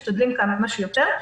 משתדלים כמה שיותר.